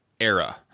era